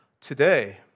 Today